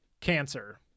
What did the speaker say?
Cancer